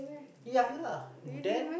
ya lah then